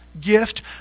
gift